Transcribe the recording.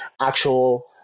actual